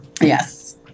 Yes